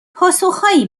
پاسخهایی